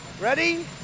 Ready